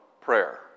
prayer